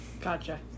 Gotcha